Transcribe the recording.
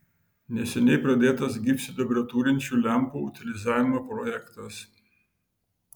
neseniai pradėtas gyvsidabrio turinčių lempų utilizavimo projektas